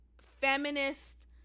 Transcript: feminist